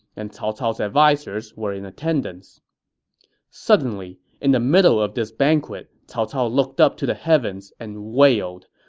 and cao cao's advisers were in attendance suddenly, in the middle of this banquet, cao cao looked up to the heavens and wailed.